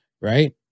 right